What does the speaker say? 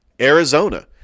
Arizona